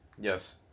Yes